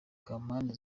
kampani